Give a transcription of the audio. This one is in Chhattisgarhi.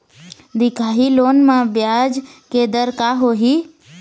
दिखाही लोन म ब्याज के दर का होही?